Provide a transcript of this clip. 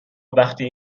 وقتی